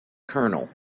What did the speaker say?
colonel